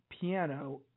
Piano